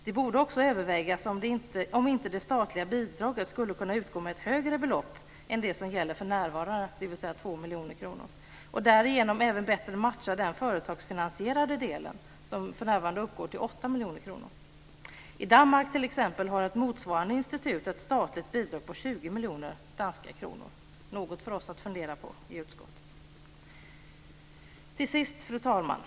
Det borde också övervägas om inte det statliga bidraget skulle kunna utgå med ett högre belopp än det som gäller för närvarande, dvs. 2 miljoner kronor, och därigenom även bättre matcha den företagsfinansierade delen, som för närvarande uppgår till 8 miljoner kronor. I t.ex. Danmark har ett motsvarande institut ett statligt bidrag på 20 miljoner danska kronor, något för oss i utskottet att fundera på. Fru talman!